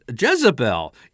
Jezebel